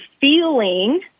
feeling